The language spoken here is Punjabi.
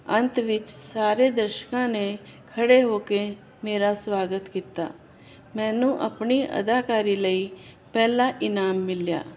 ਅੰਤ ਵਿੱਚ ਸਾਰੇ ਦਰਸ਼ਕਾਂ ਨੇ ਖੜੇ ਹੋ ਕੇ ਮੇਰਾ ਸਵਾਗਤ ਕੀਤਾ ਮੈਨੂੰ ਆਪਣੀ ਅਦਾਕਾਰੀ ਲਈ ਪਹਿਲਾਂ ਇਨਾਮ ਮਿਲਿਆ